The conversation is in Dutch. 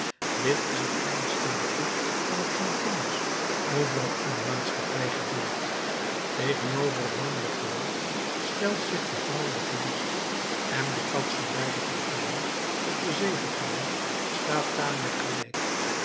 dit is een klein staaltje van hetgeen thans overal in de maatschappij gebeurt tegenover het mannelijk geweld stelt zich de vrouwelijke list en de kans voor beide partijen op de zegepraal staat tamelijk gelijk